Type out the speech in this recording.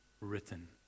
written